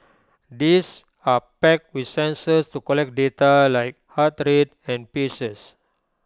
these are packed with sensors to collect data like heart rate and paces